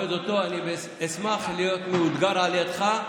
אשמח להיות מאותגר על ידך.